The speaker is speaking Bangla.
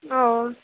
ও